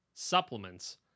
supplements